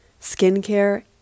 skincare